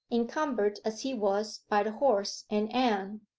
encumbered as he was by the horse and anne.